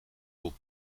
tot